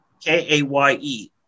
K-A-Y-E